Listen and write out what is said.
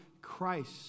Christ